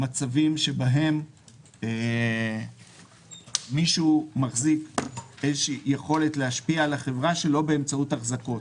למצבים שבהם מישהו מחזיק יכולת להשפיע על החברה שלא באמצעות החזקות.